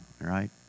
right